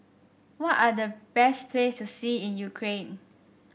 what are the best place to see in Ukraine